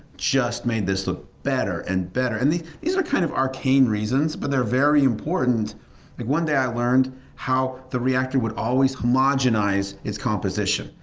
just made this look better and better. and these are kind of arcane reasons, but they're very important like one day i learned how the reactor would always homogenize its composition.